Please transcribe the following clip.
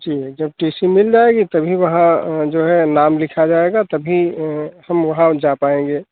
जी जब T C मिल जाएगा तभी वहाँ जो है नाम लिखा जाएगा तभी हम वहाँ जा पाएंगे